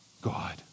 God